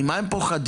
ממה הם פוחדים?